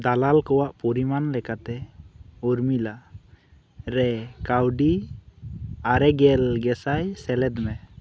ᱫᱟᱞᱟᱞ ᱠᱚᱣᱟᱜ ᱯᱚᱨᱤᱢᱟᱱ ᱞᱮᱠᱟᱛᱮ ᱩᱨᱢᱤᱞᱟ ᱨᱮ ᱠᱟᱹᱣᱰᱤ ᱟᱨᱮ ᱜᱮᱞ ᱜᱮᱥᱟᱭ ᱥᱮᱞᱮᱫ ᱢᱮ